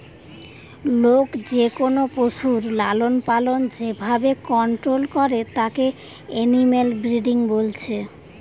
লোক যেকোনো পশুর লালনপালন যে ভাবে কন্টোল করে তাকে এনিম্যাল ব্রিডিং বলছে